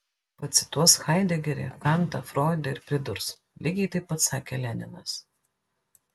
pacituos haidegerį kantą froidą ir pridurs lygiai taip pat sakė leninas